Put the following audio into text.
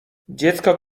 dziecko